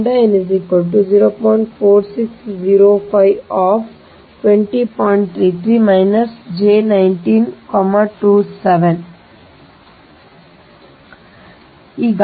ಈಗ ಫ್ಲಕ್ಸ್ ಲಿಂಕ್ಗಳು ತಟಸ್ಥ ವೈರ್ನ್ನು ಮಾಡುತ್ತದೆ ಇದು ಅಭಿವ್ಯಕ್ತಿ ಸಂಕೀರ್ಣವಾಗಿದೆ